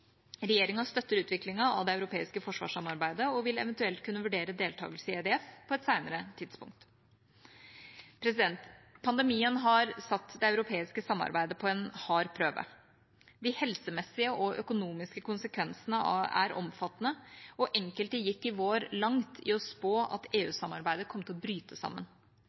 Regjeringa støtter utviklingen av det europeiske forsvarssamarbeidet og vil eventuelt kunne vurdere deltakelse i EDF på et senere tidspunkt. Pandemien har satt det europeiske samarbeidet på en hard prøve. De helsemessige og økonomiske konsekvensene er omfattende, og enkelte gikk i vår langt i å spå at EU-samarbeidet ville komme til å bryte sammen.